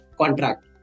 contract